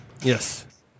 yes